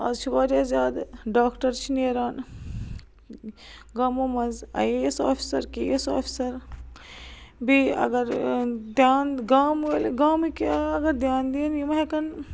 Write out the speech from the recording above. آز چھِ وارِیاہ زیادٕ ڈاکٹر چھِ نیران گامو منٛز آیۍ اے ایٚس آفِسر کے اے ایٚس آفِسر بیٚیہِ اگر دیان گامہٕ وٲلۍ گامٕکۍ اگر دیان دِنۍ یِم ہٮ۪کن